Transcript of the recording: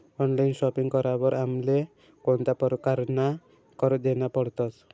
Online shopping करावर आमले कोणता परकारना कर देना पडतस?